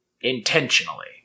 intentionally